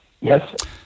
Yes